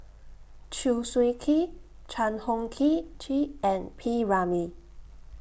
Chew Swee Kee Chan Heng Key Chee and P Ramlee